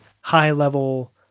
high-level